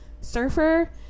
surfer